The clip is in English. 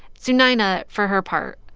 sunayana, for her part,